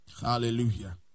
Hallelujah